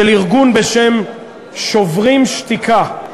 של ארגון בשם "שוברים שתיקה".